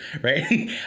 right